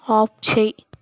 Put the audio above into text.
of చేయి